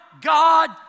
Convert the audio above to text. God